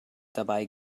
dabei